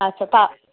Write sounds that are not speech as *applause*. আচ্ছা *unintelligible*